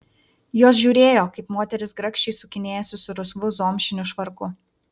jos žiūrėjo kaip moteris grakščiai sukinėjasi su rusvu zomšiniu švarku